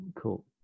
cool